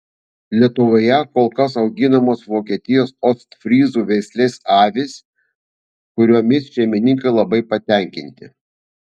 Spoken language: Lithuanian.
lietuvoje kol kas auginamos vokietijos ostfryzų veislės avys kuriomis šeimininkai labai patenkinti